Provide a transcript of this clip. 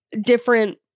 different